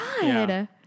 God